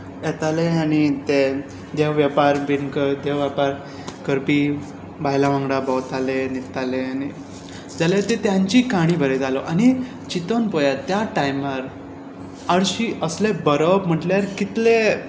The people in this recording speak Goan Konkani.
येताले आनी ते देह वेपार बीन करपी बायलां वांगडा भोंवताले न्हिदताले जाल्यार तो तांची काणी बरयतालो आनी चिंतून पळयात त्या टायमार असलें बरोवप म्हळ्यार कितलें